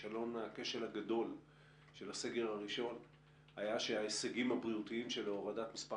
הכשל הגדול של הסגר הראשון היה שההישגים הבריאותיים של הורדת מספר